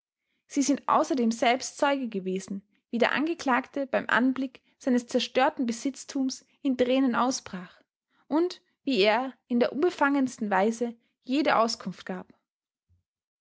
sie sind außerdem selbst zeuge gewesen wie der angeklagte beim anblick seines zerstörten besitztums in tränen ausbrach und wie er in der unbefangensten weise jede auskunft gab